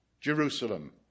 Jerusalem